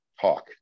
talk